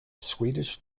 swedish